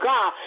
God